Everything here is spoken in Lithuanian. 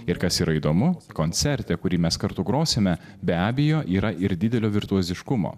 ir kas yra įdomu koncerte kurį mes kartu grosime be abejo yra ir didelio virtuoziškumo